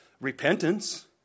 repentance